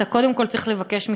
אתה קודם כול צריך לבקש מחבריך.